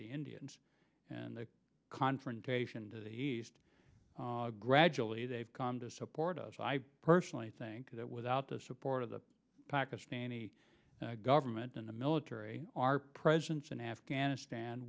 the indians and the confrontation to the east gradually they've come to support us i personally think that without the support of the pakistani government in the military our presence in afghanistan